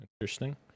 interesting